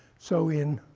so in